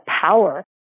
power